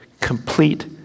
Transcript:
complete